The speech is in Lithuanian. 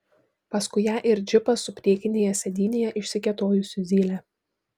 paskui ją ir džipas su priekinėje sėdynėje išsikėtojusiu zyle